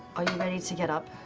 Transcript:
ready to get up?